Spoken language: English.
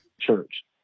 church